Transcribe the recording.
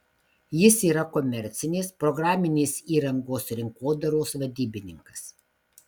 jis yra komercinės programinės įrangos rinkodaros vadybininkas